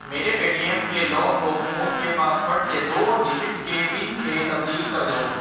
میرے Paytm کے lock کو فون کے پاس ورڈ سے دو ڈجٹ کے پن میں تبدیل کر دو